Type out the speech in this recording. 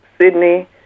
Sydney